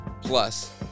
Plus